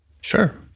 Sure